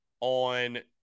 on